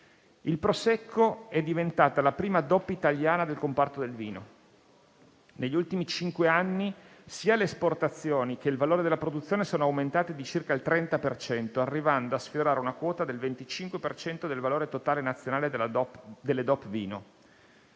il Prosecco è diventato la prima DOP italiana del comparto del vino. Negli ultimi cinque anni, sia le esportazioni che il valore della produzione sono aumentati di circa il 30 per cento, arrivando a sfiorare una quota del 25 per cento del valore totale nazionale delle DOP del vino.